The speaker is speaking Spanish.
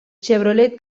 chevrolet